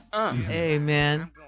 Amen